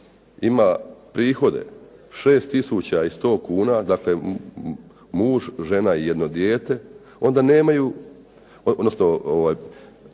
ima prihode 6 tisuća i 100 kuna, dakle muž, žena i jedno dijete, onda nemaju,